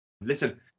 Listen